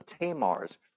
Tamar's